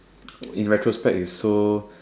in retrospect it's so